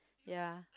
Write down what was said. ya